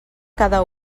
cada